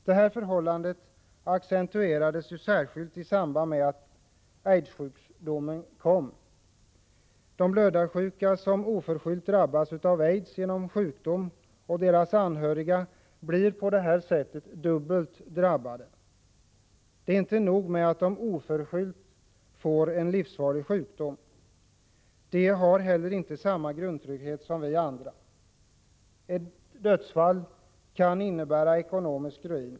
Det här förhållandet accentuerades särskilt i samband med att aidssjukdomen kom. De blödarsjuka som oförskyllt drabbats av aids genom sjukvården och deras anhöriga blir på det här sättet dubbelt utsatta. Det är inte nog med att de oförskyllt får en livsfarlig sjukdom — de har heller inte samma grundtrygghet som vi andra. Ett dödsfall kan innebära ekonomisk ruin.